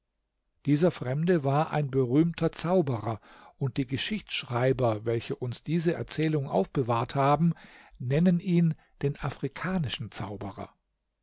dieser fremde war ein berühmter zauberer und die geschichtschreiber welche uns diese erzählung aufbewahrt haben nennen ihn den afrikanischen zauberer